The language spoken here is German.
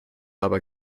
aber